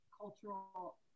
cultural